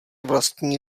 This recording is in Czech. vlastní